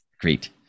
Great